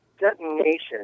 detonation